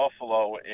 Buffalo